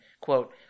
quote